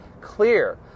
clear